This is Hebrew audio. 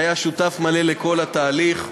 שהיה שותף מלא לכל התהליך.